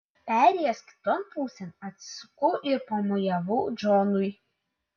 perėjęs kiton pusėn atsisukau ir pamojavau džonui